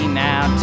now